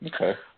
Okay